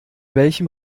welchem